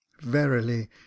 verily